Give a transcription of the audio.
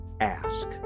ask